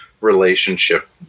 relationship